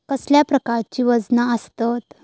कसल्या प्रकारची वजना आसतत?